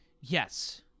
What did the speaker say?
yes